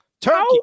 turkey